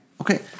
Okay